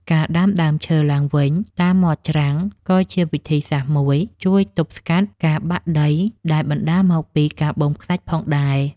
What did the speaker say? ការដាំដើមឈើឡើងវិញតាមមាត់ច្រាំងក៏ជាវិធីសាស្ត្រមួយជួយទប់ស្កាត់ការបាក់ដីដែលបណ្តាលមកពីការបូមខ្សាច់ផងដែរ។